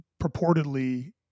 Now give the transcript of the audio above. purportedly